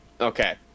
Okay